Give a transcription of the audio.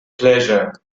pleasure